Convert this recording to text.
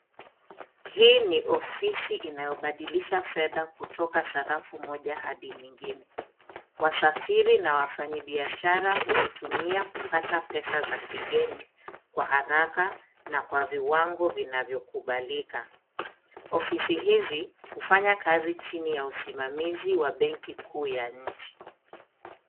Hii ni ofisi inayobadilisha fedha kutoka sarafu moja hadi nyingine. Wasafiri na wafanyibiashara huitumia kupata pesa za kigeni kwa haraka na kwa viwango vinavyokubalika. Ofisi hizi hufanya kazi chini ya usimamizi wa benki kuu ya nchi.